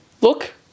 look